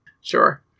Sure